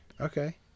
okay